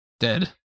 dead